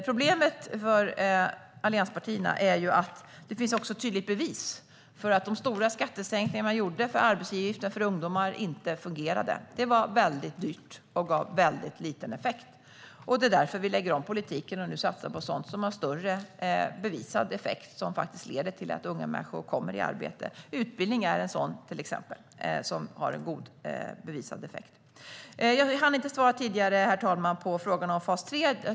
Problemet för allianspartierna är att det också finns tydliga bevis för att de stora skattesänkningar som de gjorde i fråga om sänkta arbetsgivaravgifter för ungdomar inte fungerade. Det var väldigt dyrt och gav en mycket liten effekt. Det är därför som vi nu lägger om politiken och satsar på sådant som har större bevisad effekt och som faktiskt leder till att unga människor kommer i arbete. Utbildning är en sådan del som har en bevisat god effekt. Herr talman! Jag hann tidigare inte svara på frågan om fas 3.